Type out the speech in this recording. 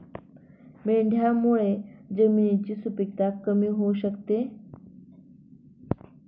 मेंढ्यांमुळे जमिनीची सुपीकता कमी होऊ शकते